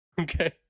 okay